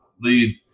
lead